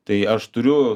tai aš turiu